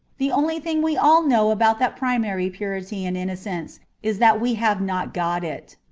the only thing we all know about that primary purity and innocence is that we have not got it.